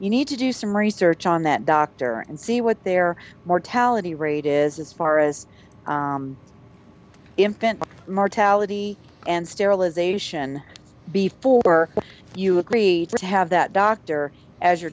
you need to do some research on that doctor and see what their mortality rate is as as far infant mortality and sterilization before you agree to have that doctor as your